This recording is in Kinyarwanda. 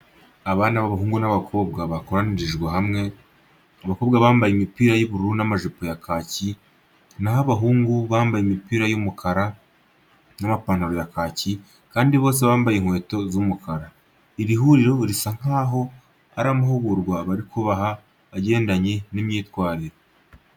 Abana b'abahungu n'abakobwa bakoranyirijwe hamwe, abakobwa bambaye imipira y'ubururu n'amajipo ya kaki, na ho ab'abahungu bambaye imipira y'umukara n'amapantaro ya kaki kandi bose bambaye inkweto z'umukara. Iri huriro risa nkaho ari amahugurwa bari kubaha agendanye n'imyitwarire.